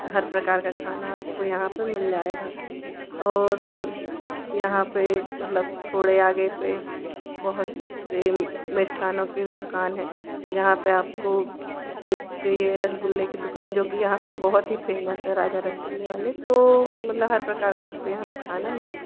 हर प्रकार का खाना आपको यहाँ पर मिल जाएगा और यहाँ पर मतलब थोड़े आगे पर बहुत से मिष्ठानों की भी दुकानें हैं जहाँ पर आपको एक यह रसगुल्ले की दुकान जो कि यहाँ पर बहुत ही फ़ेमस है राजा रसगुल्ले वाले तो मतलब हर प्रकार का यहाँ पर खाना मिल सकता